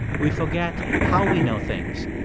we forget how we know things.